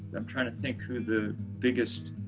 i'm trying to think who the biggest